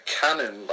cannon